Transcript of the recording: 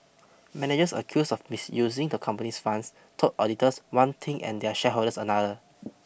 managers accused of misusing the company's funds told auditors one thing and their shareholders another